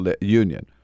union